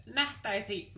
nähtäisi